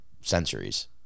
centuries